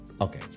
okay